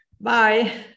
Bye